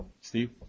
Steve